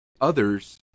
others